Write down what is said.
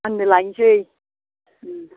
आंनो लायनोसै